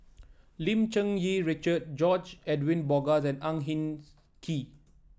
Lim Cherng Yih Richard George Edwin Bogaars and Ang Hin Kee